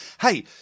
Hey